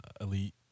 elite